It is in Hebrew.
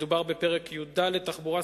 מדובר בפרק י"ד: תחבורה,